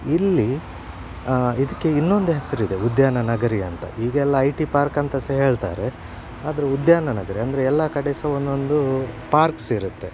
ಇಲ್ಲಿ ಇದಕ್ಕೆ ಇನ್ನೊಂದು ಹೆಸರಿದೆ ಉದ್ಯಾನನಗರಿ ಅಂತ ಈಗೆಲ್ಲ ಐ ಟಿ ಪಾರ್ಕ್ ಅಂತ ಸಹ ಹೇಳ್ತಾರೆ ಆದರು ಉದ್ಯಾನನಗರಿ ಅಂದರೆ ಎಲ್ಲ ಕಡೆ ಸಹ ಒಂದೊಂದು ಪಾರ್ಕ್ಸ್ ಇರುತ್ತೆ